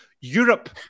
Europe